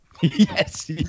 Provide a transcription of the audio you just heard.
yes